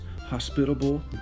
hospitable